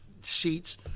seats